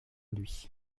lui